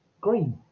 Green